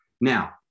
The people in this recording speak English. Now